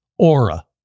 Aura